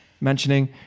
mentioning